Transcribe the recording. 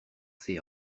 ses